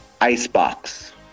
Icebox